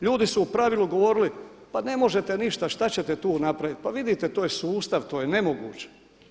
Ljudi su u pravilu govorili pa ne možete ništa, što ćete tu napraviti, pa vidite to je sustav, to je nemoguće.